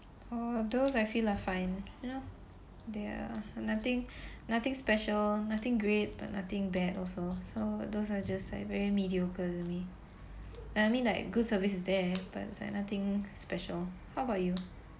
oh those I feel like fine you know they're(uh) nothing nothing special nothing great but nothing bad also so those are just like very mediocre to me and I mean like good service is there but it's like nothing special how about you